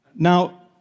Now